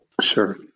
Sure